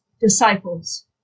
disciples